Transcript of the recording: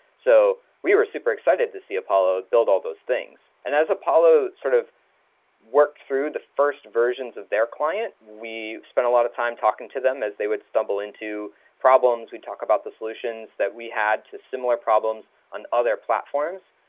so we were super excited to see apollo build all those things. and as apollo sort of worked through the first versions of their client, we spent a lot of time talking to them as they would stumble into problems. we'd talk about the solutions that we had to similar problems on other platforms,